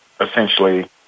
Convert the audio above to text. essentially